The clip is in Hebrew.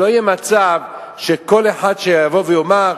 שלא יהיה מצב שכל אחד יבוא ויאמר: